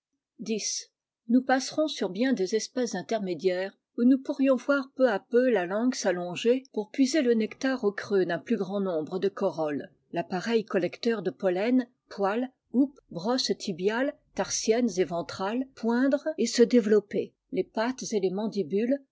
x nous passerons sur bien des espèces intermédiaires où nous pourrions voir peu à peu la langue s'allonger pour puiser le nectar au creux plus grand nombre de corolles l'appareil dcteur de pollen poils houppes brosses les tarsiennes et ventrales poindre et se développer les pattes et les mandibules